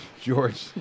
George